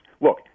look